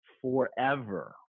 forever